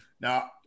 Now